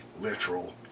literal